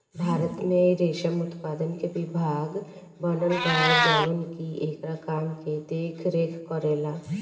भारत में रेशम उत्पादन के विभाग बनल बा जवन की एकरा काम के देख रेख करेला